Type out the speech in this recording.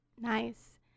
nice